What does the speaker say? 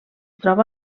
troba